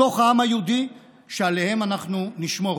בתוך העם היהודי שעליהם אנחנו נשמור.